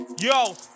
Yo